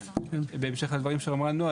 בהמשך לדברים שאמרה נעה,